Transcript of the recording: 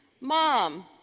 Mom